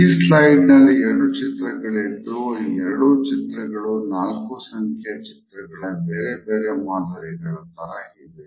ಈ ಸ್ಲಾಯ್ಡ್ನಲ್ಲಿ ಎರಡು ಚಿತ್ರಗಳಿದ್ದು ಆ ಎರಡೂ ಚಿತ್ರಗಳು ೪ ಸಂಖ್ಯೆಯ ಚಿತ್ರಗಳ ಬೇರೆ ಬೇರೆ ಮಾದರಿಗಳ ತರಹ ಇವೆ